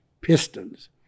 pistons